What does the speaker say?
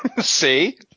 See